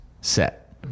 set